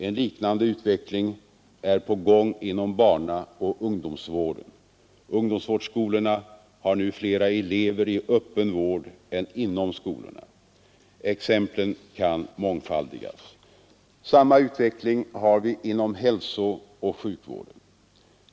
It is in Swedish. En liknande utveckling är på gång inom barnaoch ungdomsvården. Ungdomsvårdsskolorna har nu flera elever i öppen vård än inom skolorna. Exemplen kan mångfaldigas. Samma utveckling har vi inom hälsooch sjukvården.